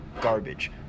garbage